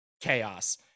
chaos